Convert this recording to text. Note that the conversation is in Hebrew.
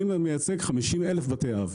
אני מייצג 50,000 בתי אב,